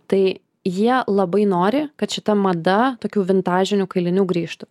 tai jie labai nori kad šita mada tokių vintažinių kailinių grįžtų